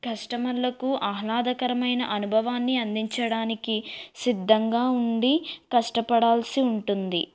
కస్టమర్లకు ఆహ్లాదకరమైన అనుభవాన్ని అందించడానికి సిద్ధంగా ఉండి కష్టపడాల్సి ఉంటుంది